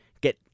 get